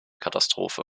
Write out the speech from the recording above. katastrophe